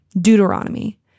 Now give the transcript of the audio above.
Deuteronomy